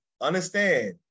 understand